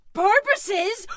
purposes